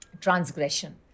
transgression